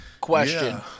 question